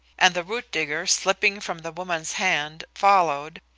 and the root digger, slipping from the woman's hand, followed,